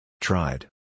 Tried